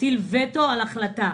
הטיל וטו על ההחלטה.